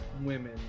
women